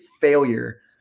failure